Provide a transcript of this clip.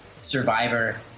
survivor